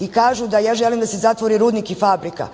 i kažu da ja želim da se zatvori rudnik i fabrika.